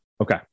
Okay